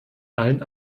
allen